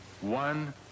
one